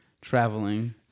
traveling